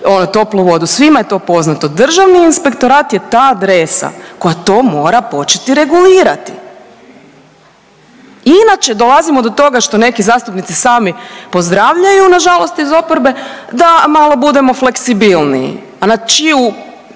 ono, toplu vodu. Svima je to poznato. Državni inspektorat je ta adresa koja to mora početi regulirati. Inače dolazimo do toga, što neki zastupnici sami pozdravljaju, nažalost, iz oporbe, da malo budemo fleksibilniji. A na čiju